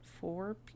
four